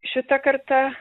šita karta